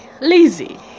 lazy